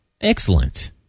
excellent